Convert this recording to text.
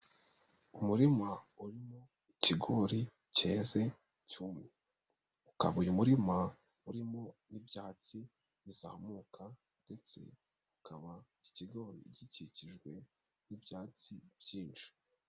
Umurima urimo ikigori cyeze cyumye. Ukaba murima urimo n'ibyatsi bizamuka ndetse ukaba iki kigori gikikijwe n'ibyatsi byinshi.